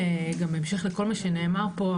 שבהמשך לכל מה שנאמר פה,